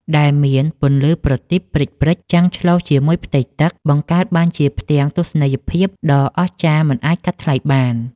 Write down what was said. ដែលមានពន្លឺប្រទីបព្រិចៗចាំងឆ្លុះជាមួយផ្ទៃទឹក បង្កើតបានជាផ្ទាំងទស្សនីយភាពដ៏អស្ចារ្យមិនអាចកាត់ថ្លៃបាន។